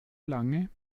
lange